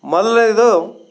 ಮೊದಲ್ನೇದು